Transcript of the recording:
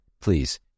please